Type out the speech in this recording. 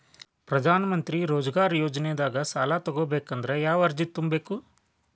ಪ್ರಧಾನಮಂತ್ರಿ ರೋಜಗಾರ್ ಯೋಜನೆದಾಗ ಸಾಲ ತೊಗೋಬೇಕಂದ್ರ ಯಾವ ಅರ್ಜಿ ತುಂಬೇಕು?